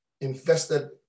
invested